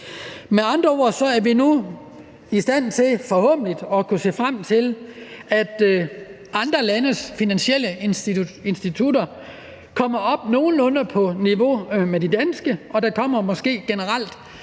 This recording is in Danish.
Med andre ord er vi nu forhåbentlig i stand til at kunne se frem til, at andre landes finansielle institutter kommer op på nogenlunde niveau med de danske, og at der måske generelt